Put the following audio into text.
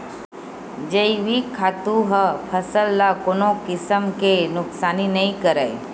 जइविक खातू ह फसल ल कोनो किसम के नुकसानी नइ करय